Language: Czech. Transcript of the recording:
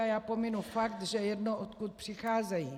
A já pominu fakt, že je jedno, odkud přicházejí.